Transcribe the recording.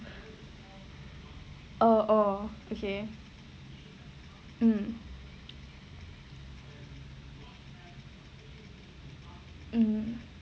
err oh okay mm mm